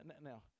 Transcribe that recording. Now